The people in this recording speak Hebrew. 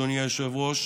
אדוני היושב-ראש,